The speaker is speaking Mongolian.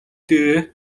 дээрээ